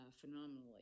phenomenally